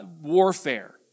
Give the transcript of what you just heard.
warfare